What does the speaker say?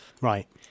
Right